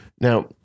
Now